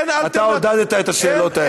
אתה עודדת את השאלות האלה.